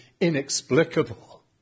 inexplicable